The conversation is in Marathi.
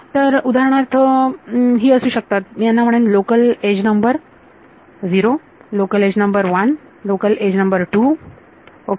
तर उदाहरणार्थ ही असू शकतात मी यांना म्हणेन local edge number 0 local edge number 1 local edge number 2 okay